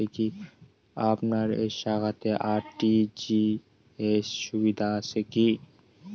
আপনার এই শাখাতে আর.টি.জি.এস সুবিধা আছে কি?